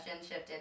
shifted